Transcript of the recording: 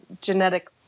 genetic